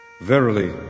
Verily